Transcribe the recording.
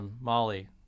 Molly